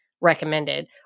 recommended